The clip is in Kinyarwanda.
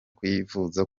kuyivuza